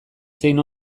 zein